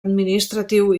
administratiu